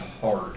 hard